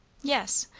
yes.